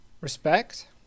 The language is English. respect